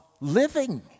living